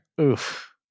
Oof